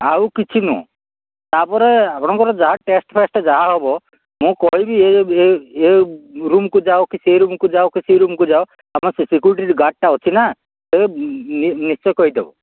ଆଉ କିଛି ନୁହଁ ତାପରେ ଆପଣଙ୍କର ଯାହା ଟେଷ୍ଟ ଫେଷ୍ଟ ଯାହା ହେବ ମୁଁ କହିବି ଏଇ ଏଇ ଏଇ ରୁମ୍କୁ ଯାଅ କି ସେ ରୁମ୍କୁ ଯାଅ କି ସେ ରୁମ୍କୁ ଯାଅ ଆମ ସିକ୍ୟୁରିଟି ଗାର୍ଡ଼ଟା ଅଛି ସିନା ସେ ନିଶ୍ଚୟ କହିଦେବ